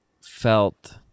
felt